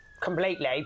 completely